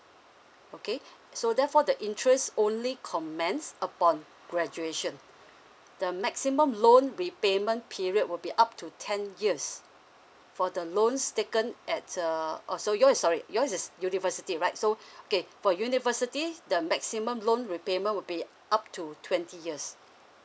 okay so therefore the interest only commence upon graduation the maximum loan repayment period will be up to ten years for the loans taken at uh oh so your is sorry your is a university right so okay for university the maximum loan repayment would be up to twenty years